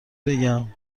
بگم